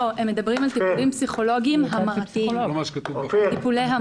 הם מדברים על טיפולים פסיכולוגיים של טיפולי המרה.